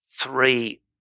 three